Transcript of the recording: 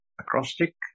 acrostic